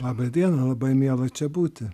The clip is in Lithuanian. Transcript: laba diena labai miela čia būti